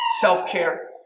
Self-care